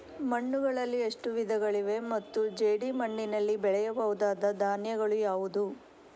ಮಣ್ಣುಗಳಲ್ಲಿ ಎಷ್ಟು ವಿಧಗಳಿವೆ ಮತ್ತು ಜೇಡಿಮಣ್ಣಿನಲ್ಲಿ ಬೆಳೆಯಬಹುದಾದ ಧಾನ್ಯಗಳು ಯಾವುದು?